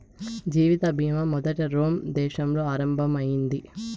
జీవిత బీమా మొదట రోమ్ దేశంలో ఆరంభం అయింది